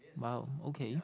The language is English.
!wow! okay